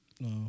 No